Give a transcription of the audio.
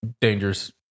dangerous